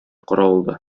каравылда